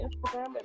Instagram